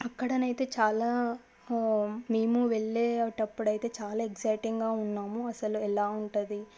అక్కడ అయితే చాలా మేము వెళ్ళేటప్పుడైతే చాలా ఎక్జైటింగ్గా ఉన్నాము అసలు ఎలా ఉంటుంది